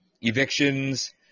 evictions –